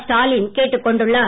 ஸ்டாலின் கேட்டுக்கொண்டுள்ளார்